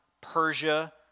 Persia